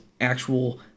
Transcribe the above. actual